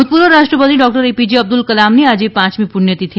ભુતપૂર્વ રાષ્ટ્રપતિ doctor APJ Abdul કલામની આજે પાંચમી પ્રણ્યતિથિ